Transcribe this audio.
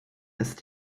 ist